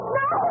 no